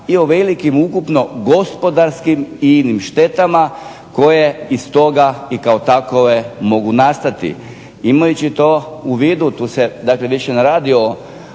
i o velikim gospodarskim i inim štetama koje iz toga i kao takove mogu nastati. Imajući to u vidu, tu se ne radi